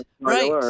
right